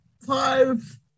five